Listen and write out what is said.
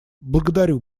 благодарю